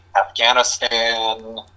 Afghanistan